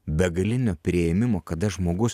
begalinio priėmimo kada žmogus